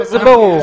זה ברור.